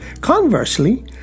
Conversely